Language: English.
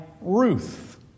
Ruth